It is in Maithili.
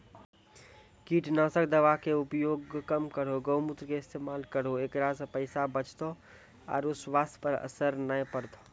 कीटनासक दवा के उपयोग कम करौं गौमूत्र के इस्तेमाल करहो ऐकरा से पैसा बचतौ आरु स्वाथ्य पर असर नैय परतौ?